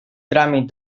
tràmit